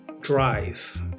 drive